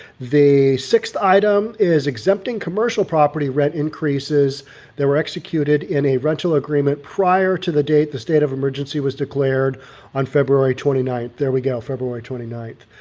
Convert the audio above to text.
the sixth item is exempting commercial property rent increases that were executed in a rental agreement prior to the date the state of emergency was declared on february twenty nine. there we go february twenty nine.